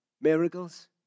miracles